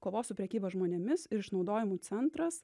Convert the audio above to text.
kovos su prekyba žmonėmis ir išnaudojimu centras